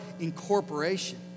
incorporation